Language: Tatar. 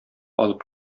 алып